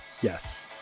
Yes